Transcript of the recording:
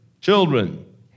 children